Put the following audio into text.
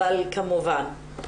אבל כמובן.